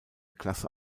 klasse